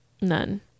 none